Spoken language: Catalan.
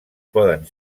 poden